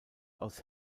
aus